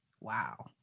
Wow